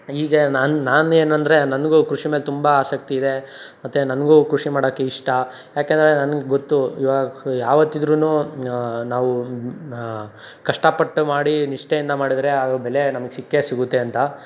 ಹೀಗೆ ನಾನು ನಾನು ಏನಂದರೆ ನನಗೂ ಕೃಷಿ ಮೇಲೆ ತುಂಬ ಆಸಕ್ತಿ ಇದೆ ಮತ್ತೆ ನನಗೂ ಕೃಷಿ ಮಾಡೋಕ್ಕೆ ಇಷ್ಟ ಯಾಕೆಂದರೆ ನನಗೆ ಗೊತ್ತು ಇವಾಗ ಯಾವತ್ತಿದ್ರು ನಾವು ಕಷ್ಟಪಟ್ಟು ಮಾಡಿ ನಿಷ್ಠೆಯಿಂದ ಮಾಡಿದ್ರೆ ಆ ಬೆಲೆ ನಮಗೆ ಸಿಕ್ಕೇ ಸಿಗುತ್ತೆ ಅಂತ